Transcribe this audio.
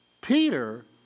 Peter